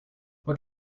what